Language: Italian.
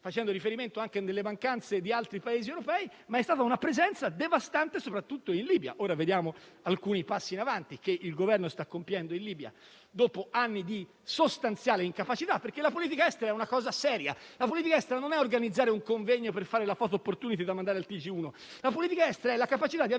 facendo riferimento anche alle mancanze di altri Paesi europei, ma è stata una presenza devastante, soprattutto in Libia. Ora vediamo alcuni passi in avanti che il Governo sta compiendo in Libia dopo anni di sostanziale incapacità. La politica estera, infatti, è una cosa seria. La politica estera non è organizzare un convegno per fare la *photo opportunity* da mandare al TG1. La politica estera è la capacità di